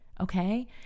Okay